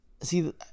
see